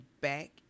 back